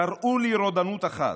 תראו לי רודנות אחת,